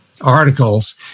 articles